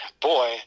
boy